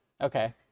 Okay